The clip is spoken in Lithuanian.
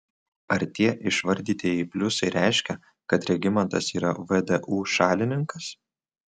ar tie išvardytieji pliusai reiškia kad regimantas yra vdu šalininkas